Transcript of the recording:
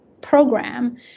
program